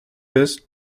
ist